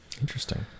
Interesting